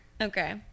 Okay